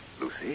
Lucy